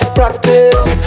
practice